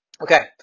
Okay